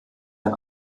ein